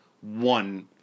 one